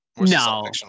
No